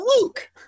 Luke